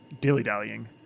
dilly-dallying